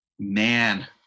Man